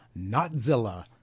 Notzilla